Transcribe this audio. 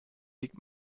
liegt